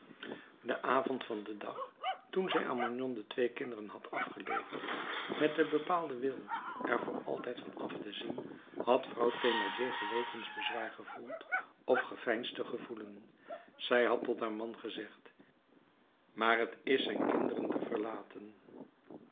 den avond van den dag toen zij aan magnon de twee kinderen had afgeleverd met den bepaalden wil er voor altijd van af te zien had vrouw thénardier gewetensbezwaar gevoeld of geveinsd te gevoelen zij had tot haar man gezegd maar t is zijn kinderen te verlaten